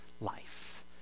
life